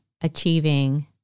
achieving